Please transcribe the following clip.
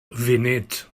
funud